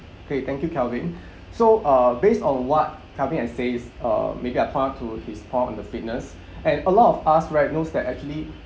okay thank you calvin so uh based on what calvin has says uh maybe I point out to his call on fitness and a lot of us right knows that actually